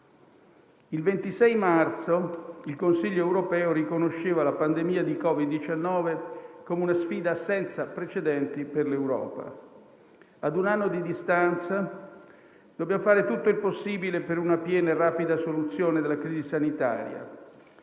Il 26 marzo il Consiglio europeo riconosceva la pandemia di Covid-19 come una sfida senza precedenti per l'Europa. A un anno di distanza, dobbiamo fare tutto il possibile per una piena e rapida soluzione della crisi sanitaria.